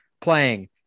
playing